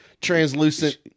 translucent